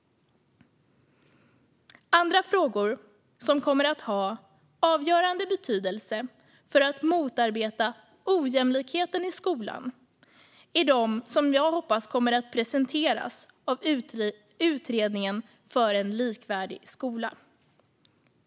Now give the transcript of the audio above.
Andra frågor som kommer att ha avgörande betydelse för att motarbeta ojämlikheten i skolan är de som jag hoppas kommer att presenteras av utredningen för en likvärdig skola.